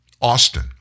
Austin